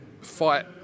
fight